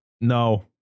No